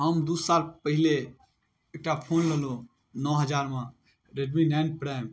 हम दुइ साल पहिले एकटा फोन लेलहुँ नओ हजारमे रेड मी नाइन प्राइम